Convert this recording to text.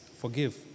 forgive